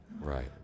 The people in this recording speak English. Right